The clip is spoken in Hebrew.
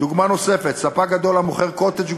הבור הגדול,